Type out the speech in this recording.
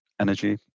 Energy